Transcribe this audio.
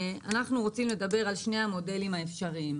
אנחנו רוצים לדבר על שני המודלים האפשריים.